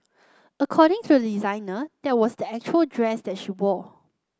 according to the designer that was the actual dress that she wore